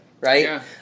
right